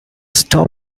stop